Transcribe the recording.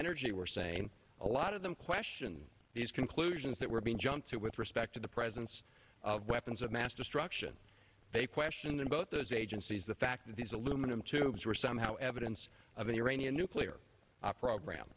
energy were saying a lot of them question these conclusions that were being jumped to with respect to the presence of weapons of mass destruction a question that both those agencies the fact that these aluminum tubes were somehow evidence of an iranian nuclear program